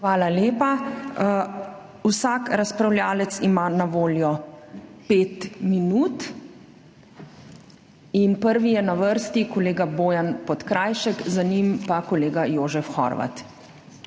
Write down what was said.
Hvala. Vsak razpravljavec ima na voljo 5 minut. Prvi je na vrsti kolega Bojan Podkrajšek, za njim pa kolega Jožef Horvat.